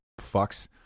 fucks